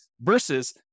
versus